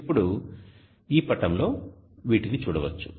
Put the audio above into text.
ఇప్పుడు ఈ పటంలో వీటిని చూడవచ్చు